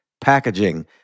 packaging